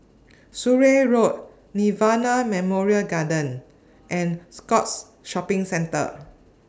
Surrey Road Nirvana Memorial Garden and Scotts Shopping Centre